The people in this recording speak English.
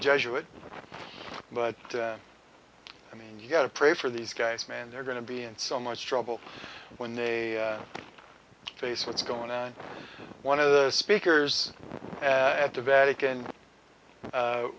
jesuit but i mean you've got to pray for these guys man they're going to be in so much trouble when they face what's going on and one of the speakers at the vatican